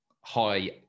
high